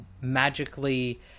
magically